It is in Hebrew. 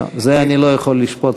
את זה אני לא יכול לשפוט,